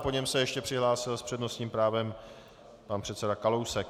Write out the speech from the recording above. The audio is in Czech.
A po něm se ještě přihlásil s přednostním právem pan předseda Kalousek.